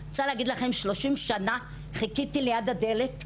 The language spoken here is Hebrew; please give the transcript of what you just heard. אני רוצה להגיד לכם, 30 שנה חיכיתי ליד הדלת,